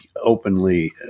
openly